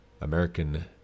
American